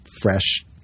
fresh